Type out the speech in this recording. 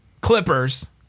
Clippers